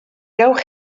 gewch